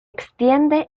extiende